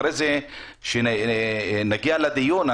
כשנגיע לדיון,